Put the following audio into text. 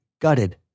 Gutted